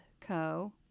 Co